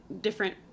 different